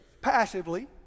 passively